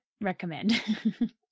recommend